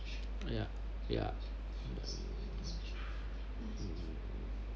ya ya